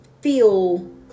feel